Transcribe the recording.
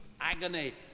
agony